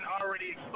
already